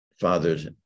fathers